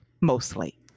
Mostly